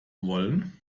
wollen